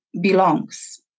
belongs